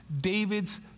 David's